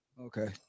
Okay